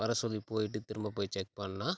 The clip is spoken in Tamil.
வரச் சொல்லி போய்விட்டு திரும்பப் போய் செக் பண்ணால்